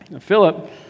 Philip